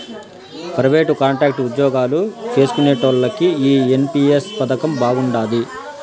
private, contract ఉజ్జోగాలు చేస్కునేటోల్లకి ఈ ఎన్.పి.ఎస్ పదకం బాగుండాది